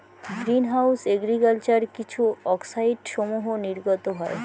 green house agriculture কিছু অক্সাইডসমূহ নির্গত হয়